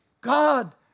God